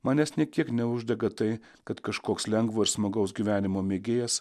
manęs nė kiek neuždega tai kad kažkoks lengvo ir smagaus gyvenimo mėgėjas